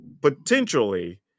potentially